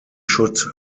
should